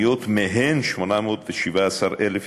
מהן 817,000 ילדים.